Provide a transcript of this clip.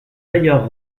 d’ailleurs